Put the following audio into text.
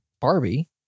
Barbie